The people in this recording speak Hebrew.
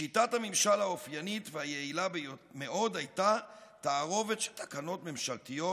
שיטת הממשל האופיינית והיעילה-מאוד הייתה תערובת של תקנות ממשלתיות,